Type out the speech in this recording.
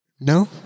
No